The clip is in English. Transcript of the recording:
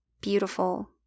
beautiful